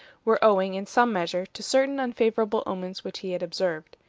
were owing, in some measure, to certain unfavorable omens which he had observed.